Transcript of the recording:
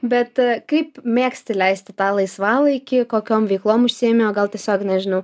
bet kaip mėgsti leisti tą laisvalaikį kokiom veiklom užsiėmi o gal tiesiog nežinau